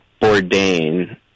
Bourdain